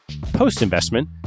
Post-investment